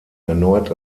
erneut